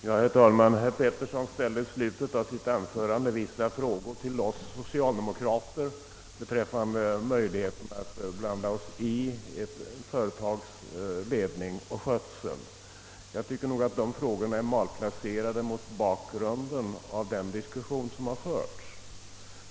Herr talman! Herr Petersson ställde i slutet av sitt anförande vissa frågor till oss socialdemokrater beträffande möjligheten att blanda oss i ett företags ledning och skötsel. Jag tycker att dessa frågor är malplacerade med tanke på den diskussion som förts.